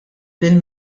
lil